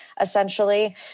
essentially